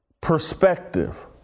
perspective